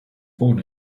born